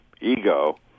ego